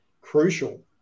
crucial